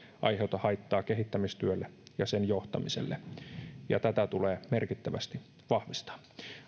aiheuta haittaa kehittämistyölle ja sen johtamiselle jota tulee merkittävästi vahvistaa